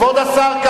חבר הכנסת ברכה.